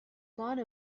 gone